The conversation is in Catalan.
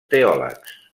teòlegs